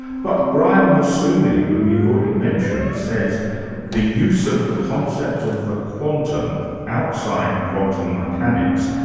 but brian massumi, whom you've already mentioned, says the use of the concept of the quantum outside quantum mechanics,